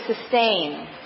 sustain